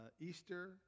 Easter